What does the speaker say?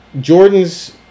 Jordan's